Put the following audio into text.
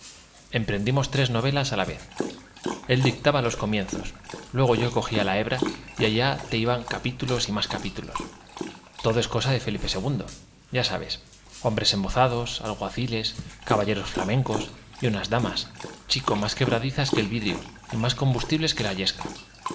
emprendimos tres novelas á la vez él dictaba los comienzos luego yo cogía la hebra y allá te van capítulos y más capítulos todo es cosa de felipe ii ya sabes hombres embozados algua ciles caballeros flamencos y unas damas chico más quebradizas que el vidrio y más combustibles que la yesca